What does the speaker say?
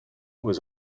was